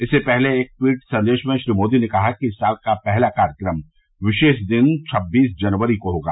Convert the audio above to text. इससे पहले एक ट्वीट संदेश में श्री मोदी ने कहा कि इस साल का पहला कार्यक्रम विशेष दिन छब्बीस जनवरी को होगा